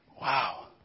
Wow